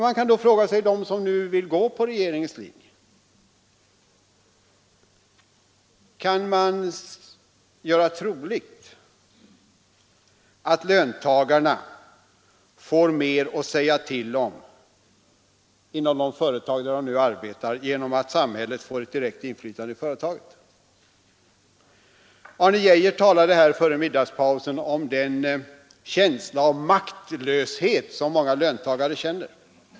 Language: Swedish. Man kan fråga sig: Kan de som nu vill gå på regeringens linje göra troligt att löntagarna får mera att säga till om inom det företag där de nu arbetar genom att samhället får ett direkt inflytande i företaget? Herr Arne Geijer talade före middagspausen om den känsla av maktlöshet som många löntagare känner.